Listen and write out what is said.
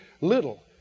little